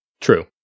True